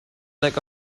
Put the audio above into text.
lack